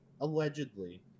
allegedly